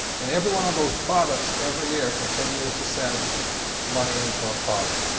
and everyone, on those products, every year, continues to send money into our product.